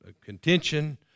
contention